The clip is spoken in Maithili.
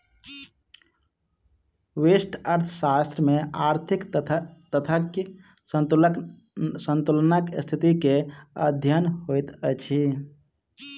व्यष्टि अर्थशास्त्र में आर्थिक तथ्यक संतुलनक स्थिति के अध्ययन होइत अछि